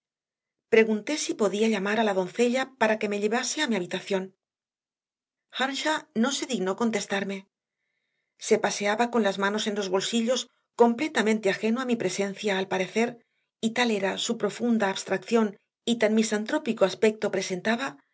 moho pregunté sipodía llamar a la doncella para que me llevase a mihabitación e arnshaw no se dignó contestarme se paseaba con las manos en los bolsillos completamenteajeno a mipresencia alparecer y talera su profunda abstracción ytan misantrópico aspecto presentaba